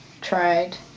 tried